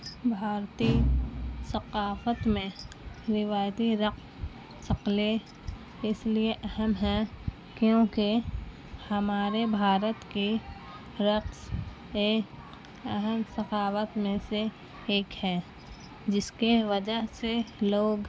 بھارتی ثقافت میں روایتی رقص شکلیں اس لیے اہم ہیں کیونکہ ہمارے بھارت کی رقص ایک اہم ثقافت میں سے ایک ہے جس کے وجہ سے لوگ